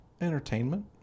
entertainment